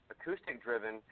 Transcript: acoustic-driven